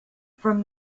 from